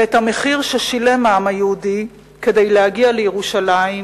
ואת המחיר ששילם העם היהודי כדי להגיע לירושלים,